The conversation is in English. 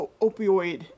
opioid